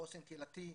חוסן קהילתי,